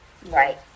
right